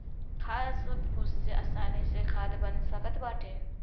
घास फूस से आसानी से खाद बन सकत बाटे